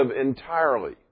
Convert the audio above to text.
entirely